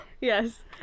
yes